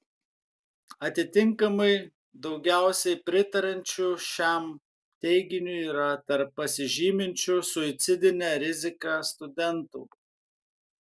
atitinkamai daugiausiai pritariančių šiam teiginiui yra tarp pasižyminčių suicidine rizika studentų